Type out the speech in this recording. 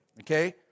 okay